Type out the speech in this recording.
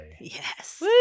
Yes